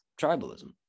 tribalism